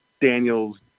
Daniels